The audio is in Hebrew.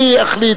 אני אחליט.